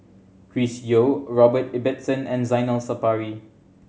Chris Yeo Robert Ibbetson and Zainal Sapari